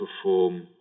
perform